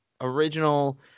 original